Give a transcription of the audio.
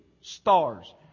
stars